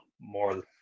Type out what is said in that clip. more